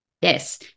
Yes